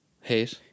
Hate